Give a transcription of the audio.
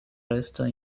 resta